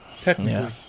Technically